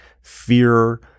fear